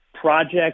project